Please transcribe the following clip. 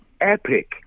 epic